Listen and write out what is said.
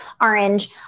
orange